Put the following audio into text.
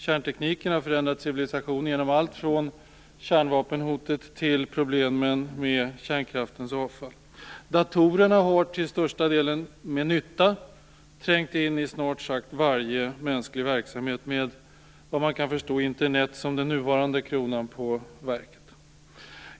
Kärntekniken har förändrat civilisationen genom allt från kärnvapenhotet till problemen med kärnkraftens avfall. Datorerna har till största delen med nytta trängt in i snart sagt varje mänsklig verksamhet med vad man kan förstå Internet som den nuvarande kronan på verket.